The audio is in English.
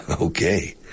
Okay